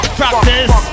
practice